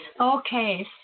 Okay